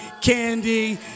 candy